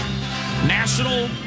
National